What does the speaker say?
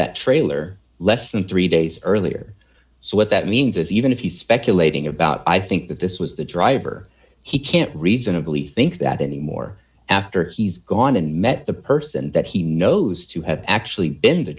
that trailer less than three days earlier so what that means is even if you speculating about i think that this was the driver he can't reasonably think that anymore after he's gone and met the person that he knows to have actually been the